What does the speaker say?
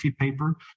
paper